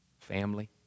family